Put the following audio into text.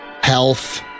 health